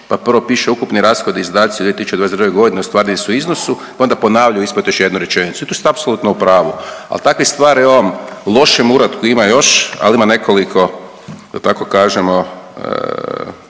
pa prvo piše ukupni rashodi i izdaci u 2022.g. ostvareni su u iznosu onda ponavljaju ispod još jednu rečenicu i tu ste apsolutno u pravu, al takve stvari u ovom lošem uratku ima još, al ima nekoliko da tako kažemo